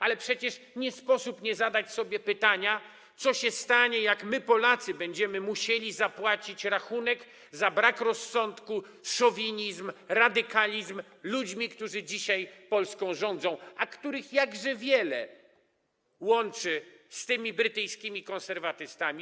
A przecież nie sposób nie zadać sobie pytania, co się stanie, jak my Polacy będziemy musieli zapłacić rachunek za brak rozsądku, szowinizm, radykalizm ludzi, którzy dzisiaj Polską rządzą, a których jakże wiele łączy z tymi brytyjskimi konserwatystami.